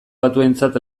batuentzat